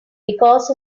because